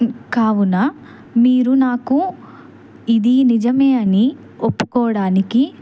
కావున మీరు నాకు ఇది నిజమే అని ఒప్పుకోవడానికి